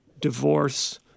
divorce